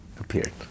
appeared